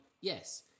yes